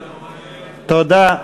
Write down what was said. תודה.